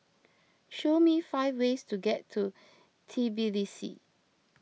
show me five ways to get to Tbilisi